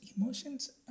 emotions